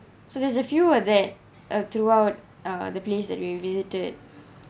so there's a few uh that uh throughout uh the place that we've visited